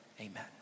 Amen